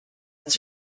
this